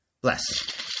Bless